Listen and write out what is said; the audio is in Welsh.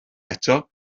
eto